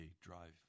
drive